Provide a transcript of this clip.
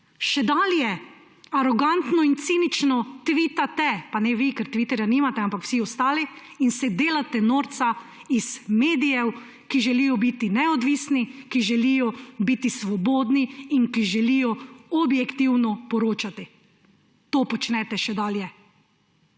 še dalje arogantno in cinično tvitate, pa ne vi, ker Twitterja nimate, ampak vsi ostali, in se delate norca iz medijev, ki želijo biti neodvisni, ki želijo biti svobodni in ki želijo objektivno poročati. To počnete še dalje.